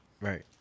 Right